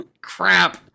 Crap